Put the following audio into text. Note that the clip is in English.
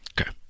Okay